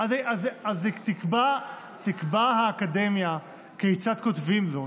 אז תקבע האקדמיה כיצד כותבים זאת.